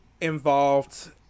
involved